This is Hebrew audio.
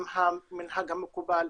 עם המנהג המקובל,